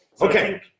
Okay